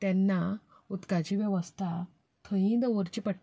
तेन्ना उदकाची वेवस्था थंयूय दवरची पडटा